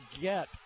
get